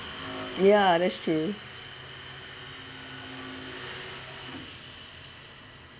ya that's true